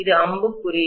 இது அம்புக்குறி